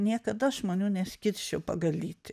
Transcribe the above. niekada žmonių neskirsčiau pagal lytį